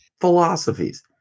philosophies